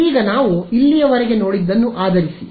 ಈಗ ನಾವು ಇಲ್ಲಿಯವರೆಗೆ ನೋಡಿದ್ದನ್ನು ಆಧರಿಸಿ